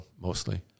mostly